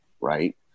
right